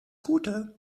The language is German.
gute